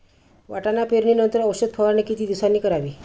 वाटाणा पेरणी नंतर औषध फवारणी किती दिवसांनी करावी?